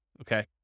okay